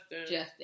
Justin